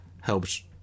helps